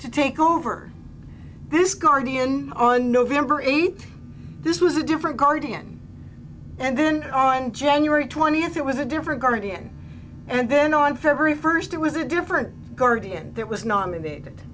to take over this guardian on november eighteenth this was a different guardian and then on january twentieth it was a different guardian and then on february first there was a different guardian that was nominated